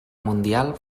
mundial